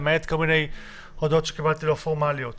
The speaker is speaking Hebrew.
למעט כל מיני הודעות לא פורמליות שקיבלתי.